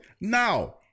Now